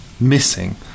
missing